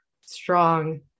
strong